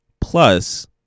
Plus